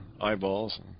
Eyeballs